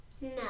No